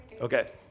Okay